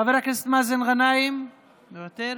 חבר הכנסת מאזן גנאים, מוותר,